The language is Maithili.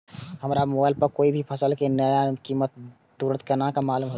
हमरा मोबाइल पर कोई भी फसल के नया कीमत तुरंत केना मालूम होते?